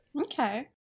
Okay